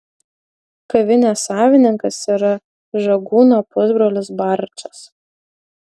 kavinės savininkas yra žagūnio pusbrolis barčas